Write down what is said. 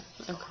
Okay